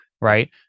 right